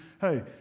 Hey